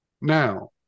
Now